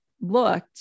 looked